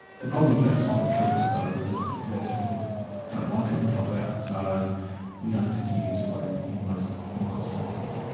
the problem with that type of treatment though is that lots of people don't like it and drop out, so we don't tend to use flooding in most clinical services.